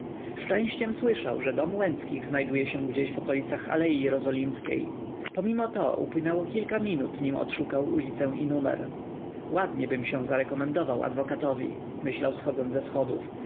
szczęściem słyszał że dom łęckich znajduje się gdzieś w okolicach alei jerozolimskiej pomimo to upłynęło kilka minut nim odszukał ulicę i numer ładniebym się zarekomendował adwokatowi myślał zchodząc ze schodów